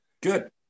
Good